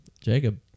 Jacob